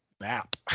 map